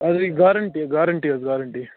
اَتھ گٔے guarantee guarantee حظ گَارنٹِی